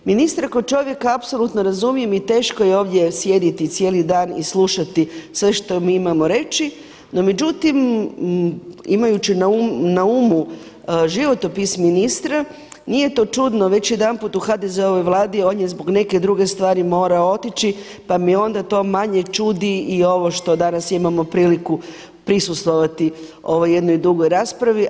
Ministra kao čovjeka apsolutno razumijem i teško je ovdje sjediti cijeli dan i slušati sve što mi imamo reći, no međutim imajući na umu životopis ministra nije to čudno, već jedanput u HDZ-ovoj Vladi on je zbog neke druge stvari morao otići pa me onda to manje čudi i ovo što danas imamo priliku prisustvovati ovoj jednoj dugoj raspravi.